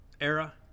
era